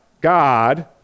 God